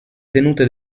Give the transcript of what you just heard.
tenute